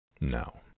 No